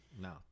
No